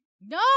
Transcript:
No